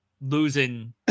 losing